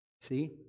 See